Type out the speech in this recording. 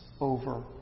over